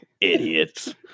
Idiots